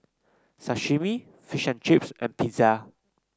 Sashimi Fish and Chips and Pizza